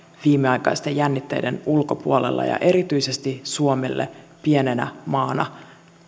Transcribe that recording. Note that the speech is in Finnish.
viimeaikaisten jännitteiden ulkopuolella erityisesti suomelle pienenä maana